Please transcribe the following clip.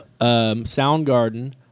Soundgarden